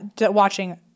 watching